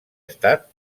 estat